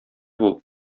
бул